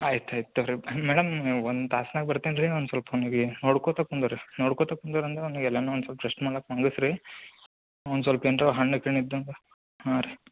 ಆಯ್ತು ಆಯ್ತು ತಗೊರಿ ಮೇಡಮ್ ನೀವು ಒಂದು ತಾಸ್ನಾಗೆ ಬರ್ತೇನೆ ರೀ ಒಂದು ಸ್ವಲ್ಪ ಅವನಿಗೆ ನೋಡಕೋತ ಕುಂದ ರೀ ನೋಡಿಕೋತ ಕುಂದ ರೀ ಅಂದರೆ ಅವನಿಗೆ ಎಲ್ಲಾನು ಒಂದು ಸ್ವಲ್ಪ ರೆಸ್ಟ್ ಮಾಡಕೆ ಕುಂದಿಸು ರೀ ಅವ್ನಿಗೆ ಸ್ವಲ್ಪ ಎಂತೋ ಹಣ್ಣು ತಿನ್ನದ್ದಾಂಗ ಹಾಂ ರೀ